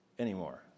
anymore